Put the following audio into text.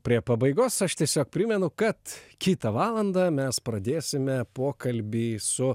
prie pabaigos aš tiesiog primenu kad kitą valandą mes pradėsime pokalbį su